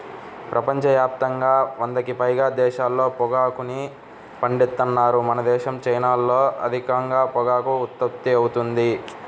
ప్రపంచ యాప్తంగా వందకి పైగా దేశాల్లో పొగాకుని పండిత్తన్నారు మనదేశం, చైనాల్లో అధికంగా పొగాకు ఉత్పత్తి అవుతుంది